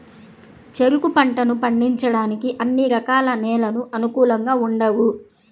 చెరుకు పంటను పండించడానికి అన్ని రకాల నేలలు అనుకూలంగా ఉండవు